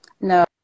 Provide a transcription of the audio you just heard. No